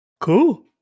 Cool